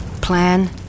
Plan